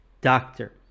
doctor